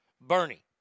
Bernie